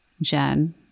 Jen